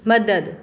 मदद